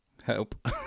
help